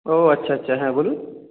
ও আচ্ছা আচ্ছা হ্যাঁ বলুন